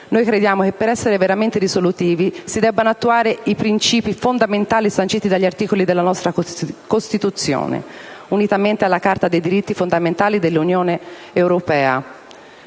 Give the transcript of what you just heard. Noi crediamo che per essere veramente risolutivi si debbano attuare i principi fondamentali sanciti dagli articoli della nostra Costituzione, unitamente alla Carta dei diritti fondamentali dell'Unione europea.